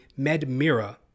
MedMira